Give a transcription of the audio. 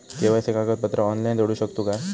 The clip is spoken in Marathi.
के.वाय.सी कागदपत्रा ऑनलाइन जोडू शकतू का?